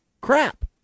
crap